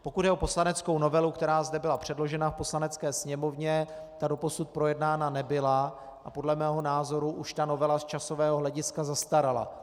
Pokud jde o poslaneckou novelu, která zde byla předložena v Poslanecké sněmovně, ta doposud projednána nebyla a podle mého názoru už ta novela z časového hlediska zastarala.